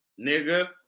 Nigga